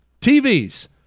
TV's